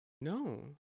No